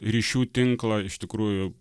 ryšių tinklą iš tikrųjų